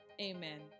amen